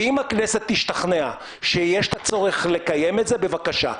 ואם הכנסת תשתכנע שיש את הצורך לקיים את זה בבקשה.